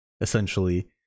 essentially